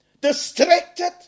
Distracted